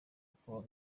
uko